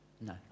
No